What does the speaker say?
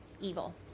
evil